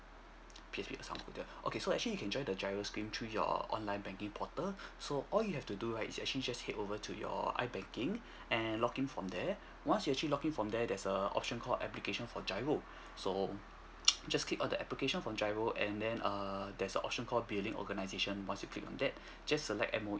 P_O_S_B account holder okay so actually you can join the giro scheme through your online banking portal so all you have to do right is actually just head over to your I banking and login from there once you have actually login from there there's a option called application for giro so just skip all the application from giro and then err there's a option call billing organization once you click on that just select M_O_E